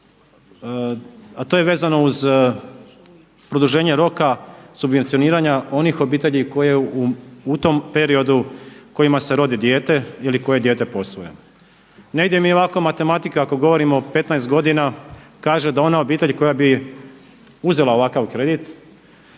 a to je vezano uz produženje roka subvencioniranja onih obitelji koje u tom periodu kojima se rodi dijete ili koji dijete posvoje. Negdje mi je ovako matematika ako govorimo o 15 godina kaže da ona obitelj koja bi uzela ovakav kredit